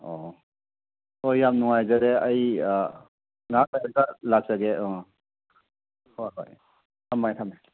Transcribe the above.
ꯑꯣ ꯍꯣꯏ ꯌꯥꯝ ꯅꯨꯡꯉꯥꯏꯖꯔꯦ ꯑꯩ ꯉꯥꯏꯍꯥꯛ ꯂꯩꯔꯒ ꯂꯥꯛꯆꯒꯦ ꯍꯣꯏ ꯍꯣꯏ ꯊꯝꯖꯔꯦ ꯊꯝꯖꯔꯦ